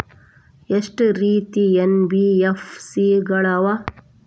ಎಷ್ಟ ರೇತಿ ಎನ್.ಬಿ.ಎಫ್.ಸಿ ಗಳ ಅವ?